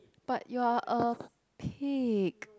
but you're a pig